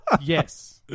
Yes